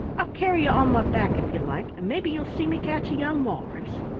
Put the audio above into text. i'll carry you on my back if you like, and maybe you'll see me catch a young walrus.